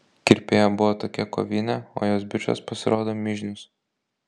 kirpėja buvo tokia kovinė o jos bičas pasirodo mižnius